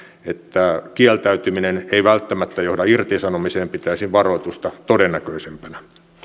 että kieltäytyminen ei välttämättä johda irtisanomiseen pitäisin varoitusta todennäköisempänä